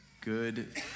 good